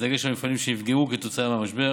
בדגש על מפעלים שנפגעו כתוצאה מהמשבר